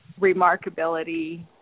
remarkability